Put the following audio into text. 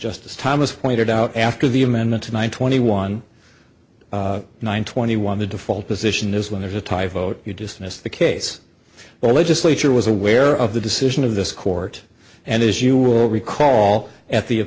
justice thomas pointed out after the amendment one twenty one one twenty one the default position is when there's a tie vote you dismiss the case the legislature was aware of the decision of this court and as you will recall at the